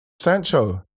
Sancho